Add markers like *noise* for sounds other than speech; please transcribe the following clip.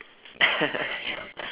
*laughs*